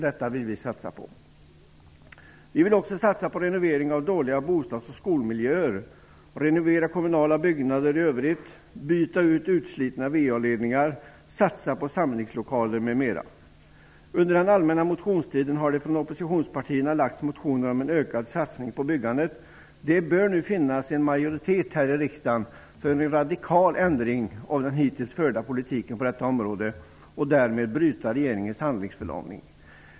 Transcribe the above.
Detta vill vi satsa på. Vi vill också satsa på renovering av dåliga bostadsoch skolmiljöer, renovera kommunala byggnader i övrigt, byta ut utslitna VA-ledningar, satsa på samlingslokaler m.m. Under den allmänna motionstiden har det från oppositionspartierna väckts motioner om ökad satsning på byggandet. Det bör nu finnas en majoritet här i riksdagen för en radikal ändring av den hittills förda politiken på detta område, en ändring som bryter regeringens handlingsförlamning.